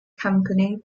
company